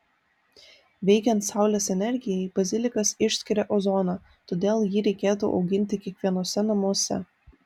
veikiant saulės energijai bazilikas išskiria ozoną todėl jį reikėtų auginti kiekvienuose namuose